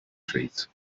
trees